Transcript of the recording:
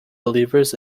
believers